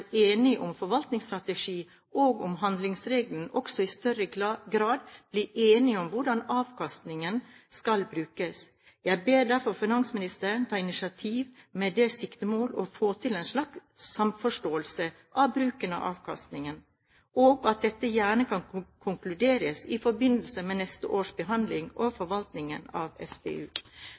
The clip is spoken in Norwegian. enige om forvaltningsstrategi og om handlingsregelen, også i større grad blir enige om hvordan avkastningen skal brukes. Jeg ber derfor finansministeren ta initiativ med det siktemål å få til en slags samforståelse av bruken av avkastningen, og at dette gjerne kan konkluderes i forbindelse med neste års behandling av forvaltningen av SPU.